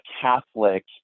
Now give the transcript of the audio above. Catholic